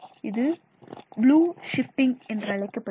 இது blue shifting என்றழைக்கப்படுகிறது